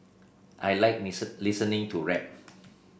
I like listening to rap